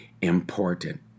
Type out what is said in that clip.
important